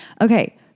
Okay